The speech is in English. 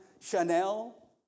Chanel